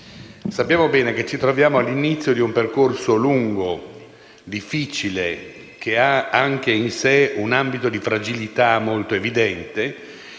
Sappiamo bene che ci troviamo all'inizio di un percorso lungo e difficile, che ha anche in sé un ambito di fragilità molto evidente,